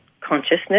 consciousness